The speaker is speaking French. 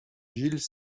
gilles